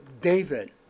David